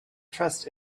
trust